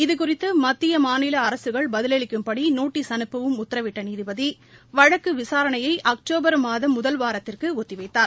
இது குறித்து மத்திய மாநில அரக்கள் பதிலளிக்கும்படி நோட்டீஸ் அனுப்பவும் உத்தரவிட்ட நீதிபதி வழக்கு விசாரணையை அக்டோபர் மாதம் முதல் வாரத்திற்கு ஒத்திவைத்தார்